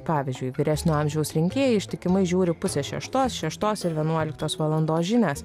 pavyzdžiui vyresnio amžiaus rinkėjai ištikimai žiūri pusę šeštos šeštos ir vienuoliktos valandos žinias